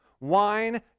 wine